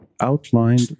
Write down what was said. outlined